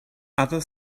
other